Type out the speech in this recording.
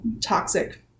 toxic